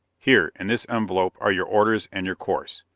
here, in this envelope, are your orders and your course,